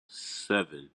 seven